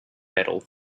metal